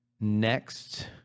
Next